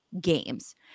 Games